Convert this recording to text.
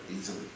Easily